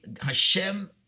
Hashem